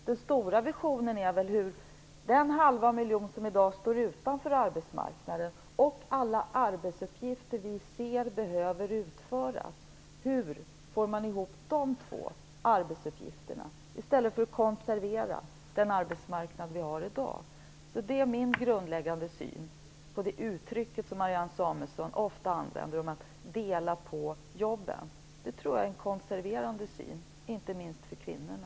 Den stora visionen är väl hur man skall passa ihop den halva miljon människor som i dag står utanför arbetsmarknaden med alla arbetsuppgifter vi ser behöver utföras, i stället för att konservera den arbetsmarknad vi har i dag. Det är min grundläggande syn på det uttryck som Marianne Samuelsson ofta använder: att "dela på jobben". Det tror jag är en konserverande syn, inte minst för kvinnorna.